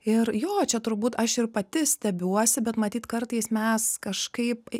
ir jo čia turbūt aš ir pati stebiuosi bet matyt kartais mes kažkaip